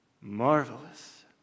marvelous